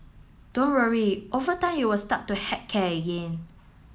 don't worry over time you will start to heck care again